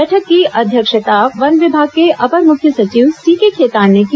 बैठक की अध्यक्षता वन विभाग के अपर मुख्य सचिव सीके खेतान ने की